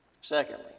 Secondly